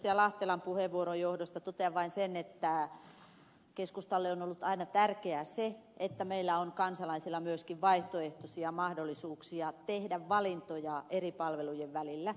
lahtelan puheenvuoron johdosta totean vain sen että keskustalle on ollut aina tärkeää se että meillä on kansalaisilla myöskin vaihtoehtoisia mahdollisuuksia tehdä valintoja eri palvelujen välillä